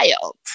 child